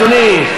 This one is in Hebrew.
אדוני,